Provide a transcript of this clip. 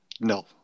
No